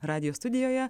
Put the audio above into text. radijo studijoje